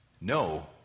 No